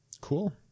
Cool